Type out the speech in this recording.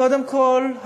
קודם כול,